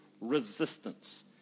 resistance